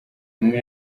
umwe